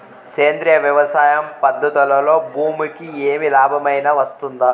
సేంద్రియ వ్యవసాయం పద్ధతులలో భూమికి ఏమి లాభమేనా వస్తుంది?